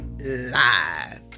Live